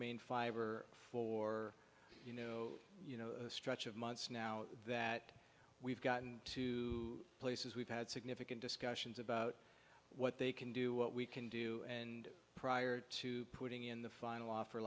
maine five or four you know you know stretch of months now that we've gotten to places we've had significant discussions about what they can do what we can do and prior to putting in the final offer